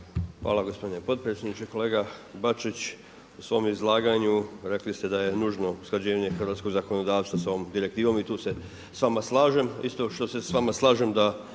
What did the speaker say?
Hvala gospodine potpredsjedniče. Kolega Bačić, u svom izlaganju rekli ste da je nužno usklađenje hrvatskog zakonodavstva sa ovom direktivom i tu se s vama slažem isto što se s vama slažem da